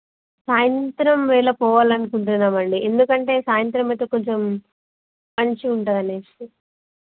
సాయంత్రం వేళ పోవాలని అనుకుంటున్నామండి ఎందుకంటే సాయంత్రం అయితే కొంచెం మంచిగా ఉంటుందని